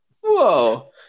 Whoa